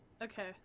Okay